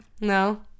No